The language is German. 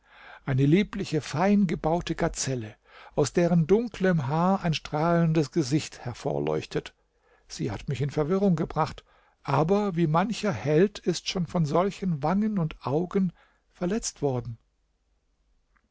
eine liebliche feingebaute gazelle aus deren dunklem haar ein strahlendes gesicht hervorleuchtet sie hat mich in verwirrung gebracht aber wie mancher held ist schon von solchen wangen und augen verletzt worden